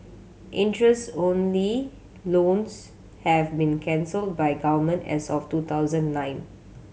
interest only loans have been cancelled by Government as of two thousand nine